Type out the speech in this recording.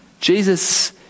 Jesus